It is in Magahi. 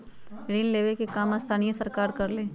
ऋण लेवे के काम स्थानीय सरकार करअलई